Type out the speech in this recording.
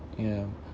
ya